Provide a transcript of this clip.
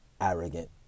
arrogant